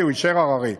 הוא יישאר הררי.